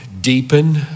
deepen